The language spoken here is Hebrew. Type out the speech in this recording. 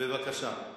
בבקשה.